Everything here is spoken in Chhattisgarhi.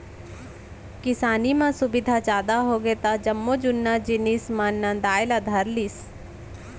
किसानी म सुबिधा जादा होगे त जम्मो जुन्ना जिनिस मन नंदाय ला धर लिस